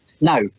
Now